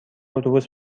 اتوبوس